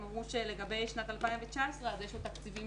הם אמרו שלגבי שנת 2019 יש עוד תקציבים